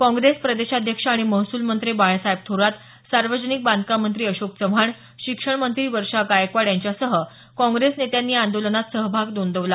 काँग्रेस प्रदेशाध्यक्ष आणि महसूल मंत्री बाळासाहेब थोरात सार्वजनिक बांधकाम मंत्री अशोक चव्हाण शिक्षण मंत्री वर्षा गायकवाड यांच्यासह काँग्रेस नेत्यांनी या आंदोलनात सहभाग नोंदवला